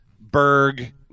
Berg